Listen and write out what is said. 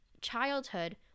childhood